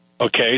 Okay